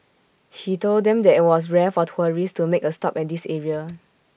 he told them that IT was rare for tourists to make A stop at this area